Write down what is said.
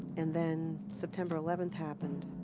and then september eleventh happened,